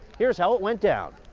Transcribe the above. here's how it went down.